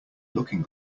looking